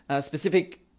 specific